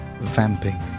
vamping